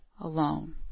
alone